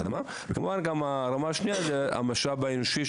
אדמה; וכמובן הרמה השנייה זה המשאב האנושי,